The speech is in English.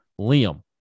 Liam